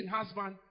husband